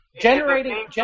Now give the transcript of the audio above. Generating